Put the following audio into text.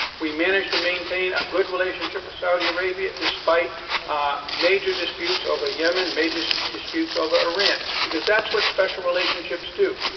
we managed to maintain a good relationship with saudi arabia despite ah major disputes over yemen, major so disputes over iran, because that's what special relationships do.